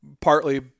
Partly